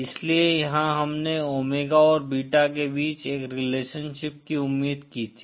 इसलिए यहाँ हमने ओमेगा और बीटा के बीच एक रिलेशनशिप की उम्मीद की थी